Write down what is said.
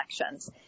elections